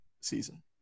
season